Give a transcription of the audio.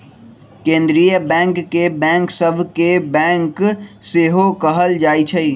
केंद्रीय बैंक के बैंक सभ के बैंक सेहो कहल जाइ छइ